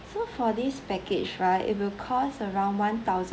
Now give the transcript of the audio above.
so for this package right it will cost around one thousand